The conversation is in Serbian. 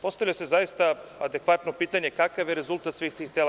Postavlja se zaista adekvatno pitanje – kakav je rezultat svih tih tela?